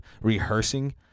rehearsing